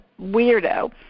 weirdo